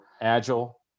agile